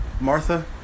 Martha